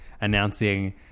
announcing